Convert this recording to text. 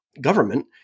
government